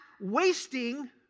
wasting